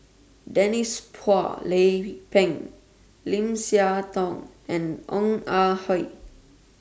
Denise Phua Lay Peng Lim Siah Tong and Ong Ah Hoi